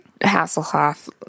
Hasselhoff